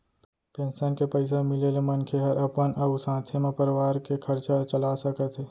pension के पइसा मिले ले मनखे हर अपन अउ साथे म परवार के खरचा चला सकत हे